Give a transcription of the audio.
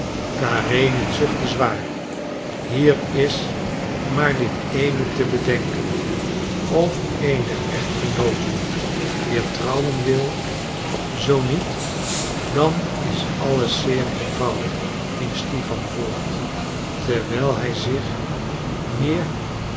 karenin zuchtte zwaar hier is maar dit eene te bedenken of een der echtgenooten weer trouwen wil zoo niet dan is alles zeer eenvoudig ging stipan voort terwijl hij zich meer